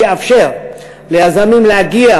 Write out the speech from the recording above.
שיאפשר ליזמים להגיע